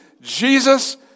Jesus